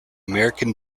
american